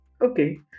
Okay